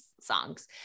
songs